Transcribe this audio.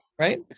right